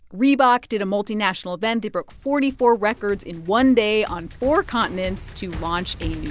reebok did a multinational event. they broke forty four records in one day on four continents to launch a